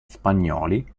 spagnoli